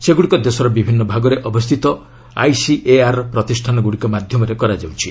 ସେଗୁଡ଼ିକ ଦେଶର ବିଭିନ୍ନ ଭାଗରେ ଅବସ୍ଥିତ ଆଇସିଏଆର୍ ପ୍ରତିଷ୍ଠାନଗୁଡ଼ିକ ମାଧ୍ୟମରେ କରାଯାଇଛି